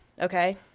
Okay